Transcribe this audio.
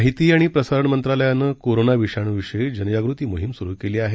माहितीआणिप्रसारणमंत्रालयानंकोरोनाविषाणूविषयीजनजागृतीमोहीमस्रुकेलीआहे